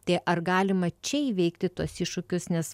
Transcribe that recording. tai ar galima čia įveikti tuos iššūkius nes